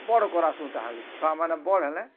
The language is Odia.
ବଡ଼ କରାସୁ ତାହାକୁ ଛୁଆମାନେ ବଡ଼ ହେଲେ